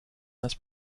this